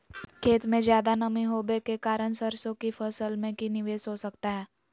खेत में ज्यादा नमी होबे के कारण सरसों की फसल में की निवेस हो सको हय?